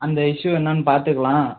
அந்த இஷ்யூ என்னென்னு பார்த்துக்கலாம்